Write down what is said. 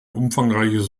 umfangreiches